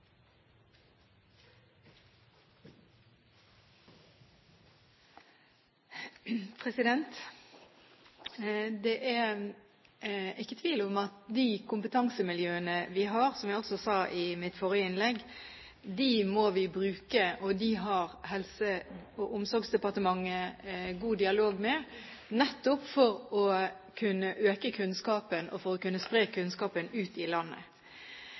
ikke tvil om at vi må bruke de kompetansemiljøene vi har, som jeg også sa i mitt forrige innlegg, og Helse- og omsorgsdepartementet har god dialog med dem nettopp for å kunne øke kunnskapen, og for å kunne spre kunnskapen ut i landet.